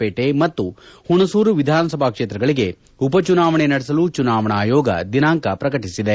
ಪೇಟೆ ಮತ್ತು ಹುಣಸೂರು ವಿಧಾನಸಭಾ ಕ್ಷೇತ್ರಗಳಿಗೆ ಉಪ ಚುನಾವಣೆ ನಡೆಸಲು ಚುನಾವಣಾ ಆಯೋಗ ದಿನಾಂಕ ಪ್ರಕಟಿಸಿದೆ